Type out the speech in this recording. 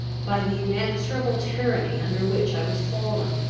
by the inexorable tyranny under which i was fallen.